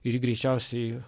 ir jį greičiausiai